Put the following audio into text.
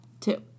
Two